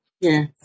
Yes